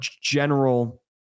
general